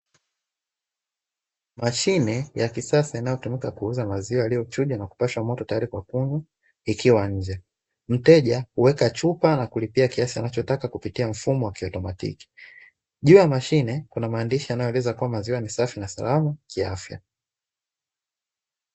Mashine ya kisasa inayotumika kuuza maziwa yaliyochujwa na kupashwa moto tayari kwa kunywa ikiwa nje. Mteja huweka chupa na kulipia kiasi anachotaka kupitia mfumo wa kiautomatiki. Juu ya mashine kuna maandishi yanayoeleza kuwa maziwa ni safi na salama kiafya.